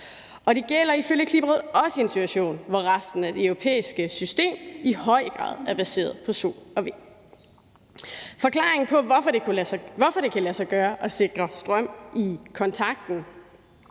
Det gælder ifølge Klimarådet også i en situation, hvor resten af det europæiske system i høj grad er baseret på sol og vind. Forklaringen på, hvorfor det kan lade sig gøre at sikre strøm i kontakten